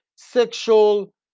Sexual